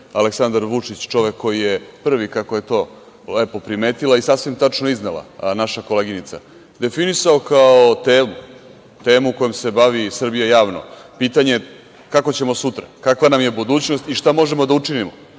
Aleksandar Vučić čovek koji je prvi, kako je to lepo primetila i sasvim tačno iznela naša koleginica, definisao kao temu kojom se bavi Srbija javno pitanje kako ćemo sutra, kakva nam je budućnost i šta možemo da učinimo